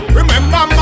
Remember